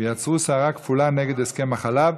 ויצרו סערה כפולה נגד הסכם החלב,